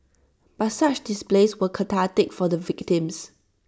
but such displays were cathartic for the victims